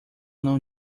não